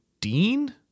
Dean